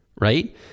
right